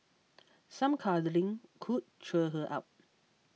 some cuddling could cheer her up